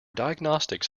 diagnostics